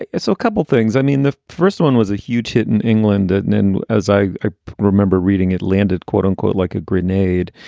a so couple of things. i mean, the first one was a huge hit in england. and then as i i remember reading, it landed, quote unquote, like a grenade.